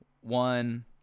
one